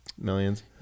millions